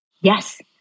Yes